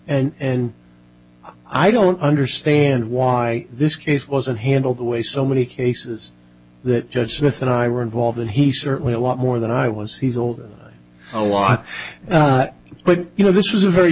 and i don't understand why this case wasn't handled the way so many cases that judge smith and i were involved in he certainly a lot more than i was he's old a lot but you know this was a very